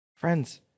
Friends